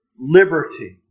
liberty